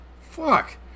Fuck